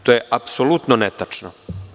To je apsolutno netačno.